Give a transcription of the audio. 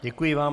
Děkuji vám.